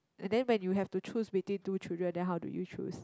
and then when you have to choose between two children then how do you choose